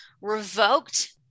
revoked